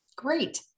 Great